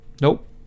nope